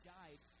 died